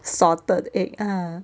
salted egg ah